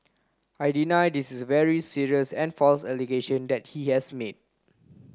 I deny this is very serious and false allegation that he has made